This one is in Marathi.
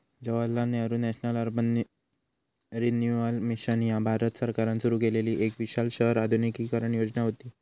Jawaharlal Nehru national urban renewal mission ह्या भारत सरकारान सुरू केलेली एक विशाल शहर आधुनिकीकरण योजना व्हती